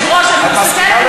מה אתה רוצה?